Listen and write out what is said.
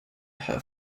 her